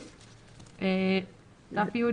"רשות ממונה"